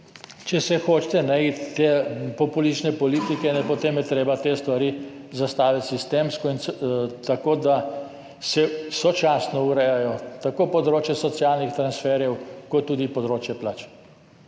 Če se hočete iti te populistične politike, potem je treba te stvari zastaviti sistemsko in tako, da se sočasno urejata tako področje socialnih transferjev kot tudi področje plač,